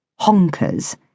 Honkers